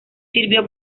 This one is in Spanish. sirvió